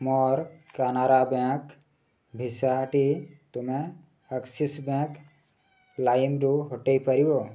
ମୋର କାନାରା ବ୍ୟାଙ୍କ୍ ଭିସାଟି ତୁମେ ଆକ୍ସିସ୍ ବ୍ୟାଙ୍କ୍ ଲାଇମ୍ରୁ ହଟାଇ ପାରିବ